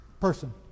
person